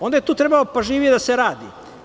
Onda je to trebalo pažljivije da se radi.